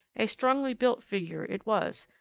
a strongly-built figure it was,